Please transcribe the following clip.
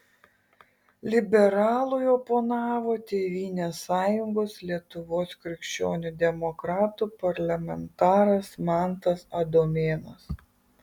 liberalui oponavo tėvynės sąjungos lietuvos krikščionių demokratų parlamentaras mantas adomėnas